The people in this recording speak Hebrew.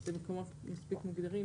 שאלה מקומות מספיק מוגדרים.